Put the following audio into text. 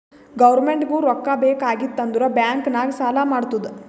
ಗೌರ್ಮೆಂಟ್ಗೂ ರೊಕ್ಕಾ ಬೇಕ್ ಆಗಿತ್ತ್ ಅಂದುರ್ ಬ್ಯಾಂಕ್ ನಾಗ್ ಸಾಲಾ ಮಾಡ್ತುದ್